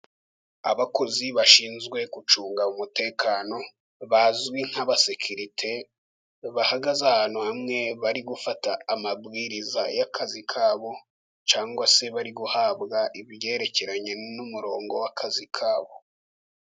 Abakozi bashinzwe gucunga umutekano bazwi nk'abasekirite, bahagaze ahantu hamwe bari gufata amabwiriza y'akazi kabo, cyangwa se bari guhabwa ibyerekeranye n'umurongo w'akazi kabo.